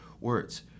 words